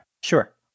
Sure